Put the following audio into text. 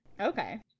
Okay